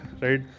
right